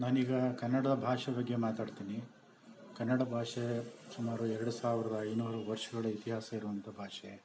ನಾನೀಗ ಕನ್ನಡ ಭಾಷೆ ಬಗ್ಗೆ ಮಾತಾಡ್ತೀನಿ ಕನ್ನಡ ಬಾಷೆ ಸುಮಾರು ಎರಡು ಸಾವ್ರದ ಐನೂರು ವರ್ಷಗಳು ಇತಿಹಾಸ ಇರುವಂಥ ಭಾಷೆ